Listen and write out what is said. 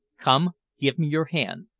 come, give me your hand.